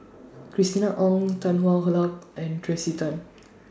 Christina Ong Tan Hwa Luck and Tracey Tan